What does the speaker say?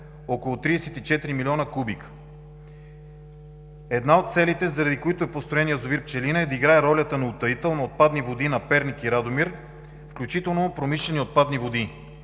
около 34 милиона кубика. Една от целите, заради които е построен язовир „Пчелина“, е да играе ролята на утаител на отпадни води на Перник и Радомир, включително промишлени отпадни води.